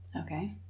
okay